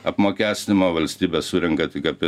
apmokestinimo valstybė surenka tik apie